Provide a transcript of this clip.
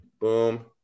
Boom